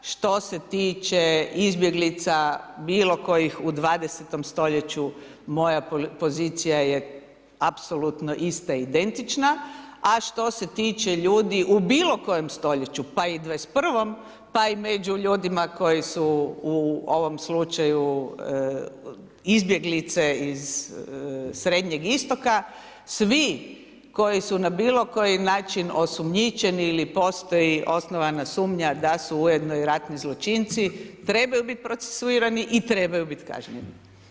Što se tiče izbjeglica bilo kojih u 20. stoljeću, moja pozicija je apsolutno ista i identična, a što se tiče ljudi u bilo kojem stoljeću, pa i 21. pa i među ljudima koji su u ovom slučaju izbjeglice iz Srednjeg istoka, svi koji su na bilo koji način osumnjičeni ili postoji osnovana sumnja da su ujedno i ratni zločinci trebaju biti procesuirani i trebaju biti kažnjeni.